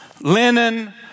linen